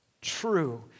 true